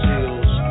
Seals